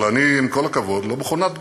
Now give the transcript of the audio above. אבל אני, עם כל הכבוד, לא מכונת תגובות.